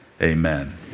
amen